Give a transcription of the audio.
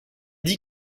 dit